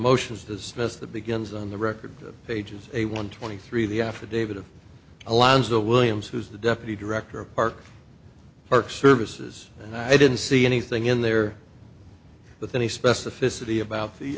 emotions this mess the begins on the record of pages a one twenty three the affidavit of alonzo williams who's the deputy director of park park services and i didn't see anything in there but then he specificity about the